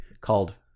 called